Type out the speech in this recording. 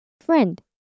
Friend